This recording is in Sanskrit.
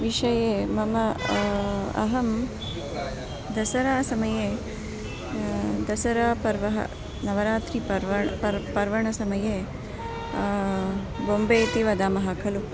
विषये मम अहं दसरा समये दसरापर्व नवरात्रिः पर्व परं पर्वणसमये गोम्बे इति वदामः खलु